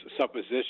supposition